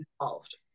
involved